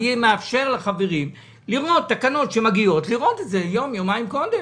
אני מאפשר לחברים לראות תקנות שמגיעות יום-יומיים קודם.